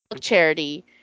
Charity